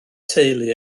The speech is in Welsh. teulu